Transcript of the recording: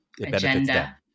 agenda